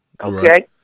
okay